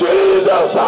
Jesus